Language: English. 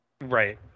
Right